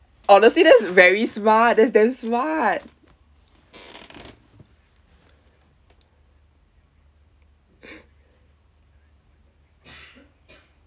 honestly that's very smart that's damn smart